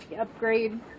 upgrade